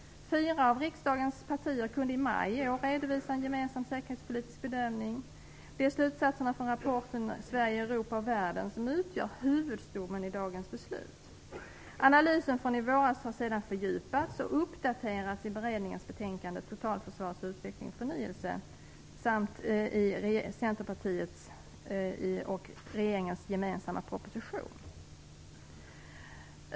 Fyra av riksdagens partier kunde i maj i år redovisa en gemensam säkerhetspolitisk bedömning. Det är slutsatserna från rapporten Sverige i Europa och världen som utgör huvudstommen i dagens beslut. Analysen från i våras har sedan fördjupats och uppdaterats i beredningens betänkande Totalförsvarets utveckling och förnyelse samt i Centerpartiets och regeringens gemensamma proposition.